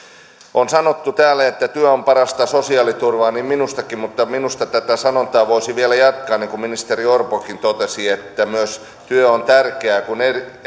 on sanottu että työ on parasta sosiaaliturvaa niin minustakin mutta minusta tätä sanontaa voisi vielä jatkaa niin kuin ministeri orpokin totesi että myös työ on tärkeää kun